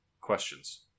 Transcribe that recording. questions